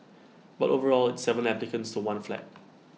but overall it's Seven applicants to one flat